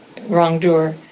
wrongdoer